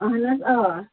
اَہَن حظ آ